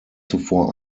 zuvor